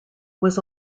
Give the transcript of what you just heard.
was